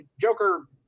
joker